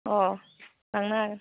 अ लांनो हागोन